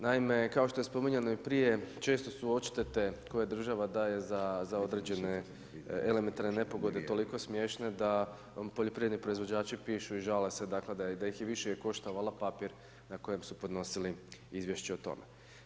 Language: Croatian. Naime, kao što je i spominjao i prije, često su odštete, koje država daje za određene elementarne nepogode, toliko smiješne, da poljoprivredni proizvođači, pišu i žele se da ih je više koštalo olav papir, na kojima su podnosili izvješće o tome.